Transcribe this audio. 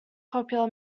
popular